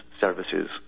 services